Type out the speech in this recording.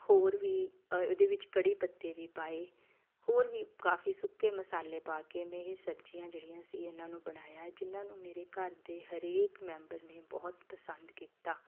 ਹੋਰ ਵੀ ਇਹਦੇ ਵਿੱਚ ਕੜ੍ਹੀ ਪੱਤੇ ਵੀ ਪਾਏ ਹੋਰ ਵੀ ਕਾਫੀ ਸੁੱਕੇ ਮਸਾਲੇ ਪਾ ਕੇ ਮੈਂ ਇਹ ਸਬਜ਼ੀਆਂ ਜਿਹੜੀਆਂ ਸੀ ਇਹਨਾਂ ਨੂੰ ਬਣਾਇਆ ਜਿਨਾਂ ਨੂੰ ਮੇਰੇ ਘਰ ਦੇ ਹਰੇਕ ਮੈਂਬਰ ਨੇ ਬਹੁਤ ਪਸੰਦ ਕੀਤਾ